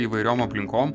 įvairiom aplinkom